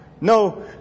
no